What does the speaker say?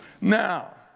Now